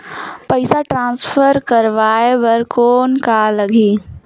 पइसा ट्रांसफर करवाय बर कौन का लगही?